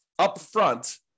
upfront